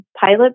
pilot